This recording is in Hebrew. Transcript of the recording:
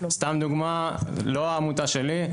סתם לדוגמה, לא העמותה שלי,